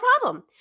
problem